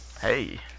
Hey